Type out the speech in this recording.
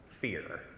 fear